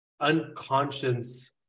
unconscious